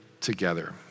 together